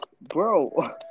Bro